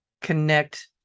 connect